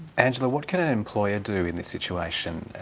angela, what can an employer do in this situation?